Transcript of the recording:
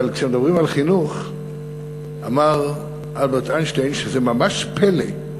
אבל כשמדברים על חינוך אמר אלברט איינשטיין שזה ממש פלא,